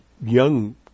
young